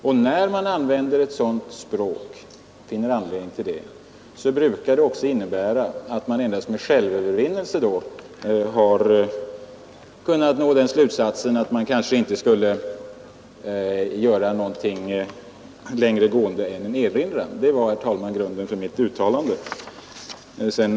Och det brukar också innebära att man endast med stor självövervinnelse kan nå den slutsatsen att man kanske inte skulle gå längre än till att göra en erinran. Det var, herr talman, grunden för mitt uttalande.